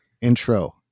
intro